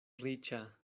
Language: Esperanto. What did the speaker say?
riĉa